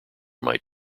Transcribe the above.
might